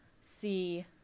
see